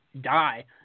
die